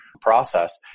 process